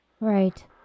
Right